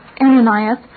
Ananias